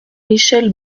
michèle